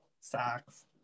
socks